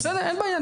אין בעיה.